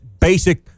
basic –